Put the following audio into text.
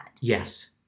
Yes